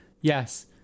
yes